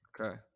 Okay